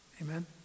amen